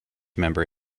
member